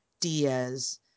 Diaz